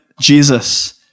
Jesus